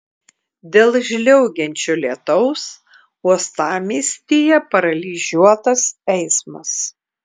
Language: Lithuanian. dėl žliaugiančio lietaus uostamiestyje paralyžiuotas eismas